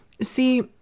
See